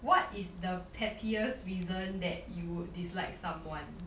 what is the pettiest reason that you would dislike someone